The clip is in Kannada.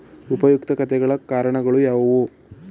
ಉಪಯುಕ್ತತೆಗಳ ಪ್ರಕಾರಗಳು ಯಾವುವು?